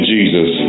Jesus